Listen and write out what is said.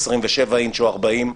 27 אינץ' או 40,